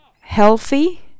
healthy